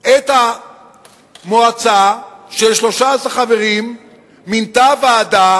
את המועצה של 13 חברים מינתה ועדת